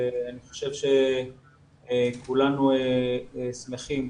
אני חושב שכולנו שמחים,